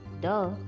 Duh